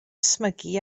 ysmygu